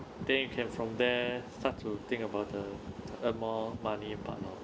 then you can from there start to think about the amount money part lor